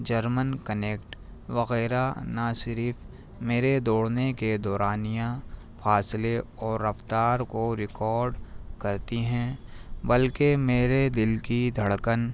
German Connect وغیرہ نہ صرف میرے دوڑنے کے دورانیا فاصلے اور رفتار کو ریکارڈ کرتی ہیں بلکہ میرے دل کی دھڑکن